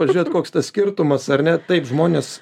pažiūrėt koks tas skirtumas ar ne taip žmonės